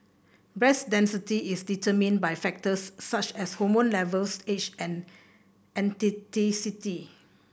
breast density is determined by factors such as hormone levels age and